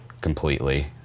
completely